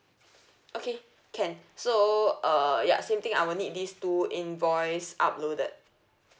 okay can so uh ya same thing I will need these two invoice uploaded